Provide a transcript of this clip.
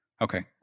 Okay